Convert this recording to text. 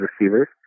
receivers